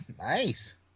Nice